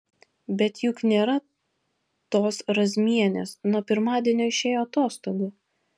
bet juk nėra tos razmienės nuo pirmadienio išėjo atostogų